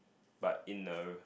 but in the